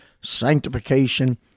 sanctification